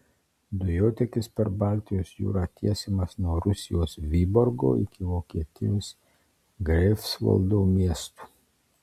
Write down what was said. dujotiekis per baltijos jūrą tiesiamas nuo rusijos vyborgo iki vokietijos greifsvaldo miestų